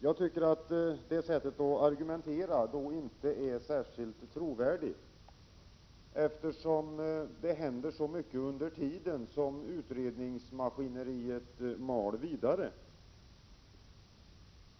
Jag tycker att det sättet att argumentera inte är särskilt trovärdigt, eftersom det händer så mycket under tiden.